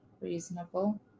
reasonable